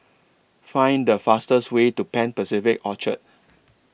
Find The fastest Way to Pan Pacific Orchard